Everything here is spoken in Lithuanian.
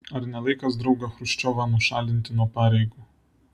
ar ne laikas draugą chruščiovą nušalinti nuo pareigų